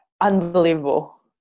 unbelievable